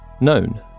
known